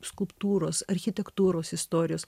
skulptūros architektūros istorijos